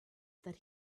that